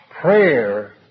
Prayer